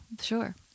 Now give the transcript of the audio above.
Sure